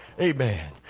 Amen